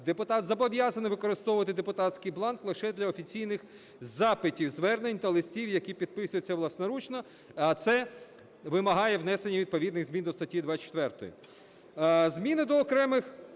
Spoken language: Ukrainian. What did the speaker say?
депутат зобов'язаний використовувати депутатський бланк лише для офіційних запитів, звернень та листів, які підписуються власноручно, а це вимагає внесення відповідних змін до статті 24.